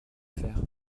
faire